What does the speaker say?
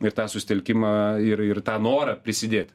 ir tą susitelkimą ir ir tą norą prisidėti